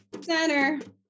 center